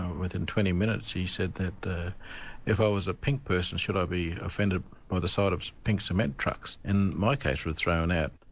within twenty minutes, he said that if i was a pink person should i be offended by the sight of pink cement trucks? and my case was thrown out.